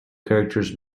characters